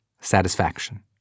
satisfaction